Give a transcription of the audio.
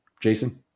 Jason